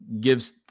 gives